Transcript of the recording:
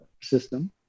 system